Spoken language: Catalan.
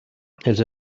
els